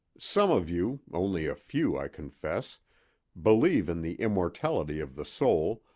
some of you only a few, i confess believe in the immortality of the soul,